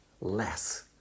less